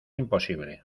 imposible